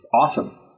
awesome